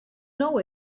know